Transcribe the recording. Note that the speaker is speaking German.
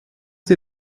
sie